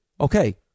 Okay